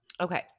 Okay